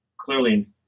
clearly